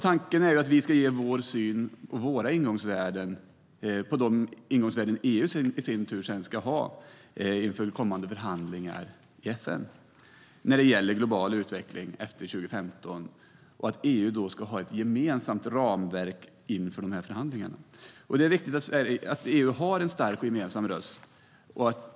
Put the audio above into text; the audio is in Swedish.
Tanken är att vi ska ge vår syn på de ingångsvärden EU i sin tur ska ha inför kommande förhandlingar i FN när det gäller global utveckling efter år 2015 och att EU då ska ha ett gemensamt ramverk inför dessa förhandlingar. Det är viktigt att EU har en stark och gemensam röst.